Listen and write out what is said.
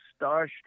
starstruck